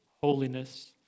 Holiness